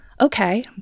okay